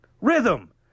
Rhythm